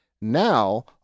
now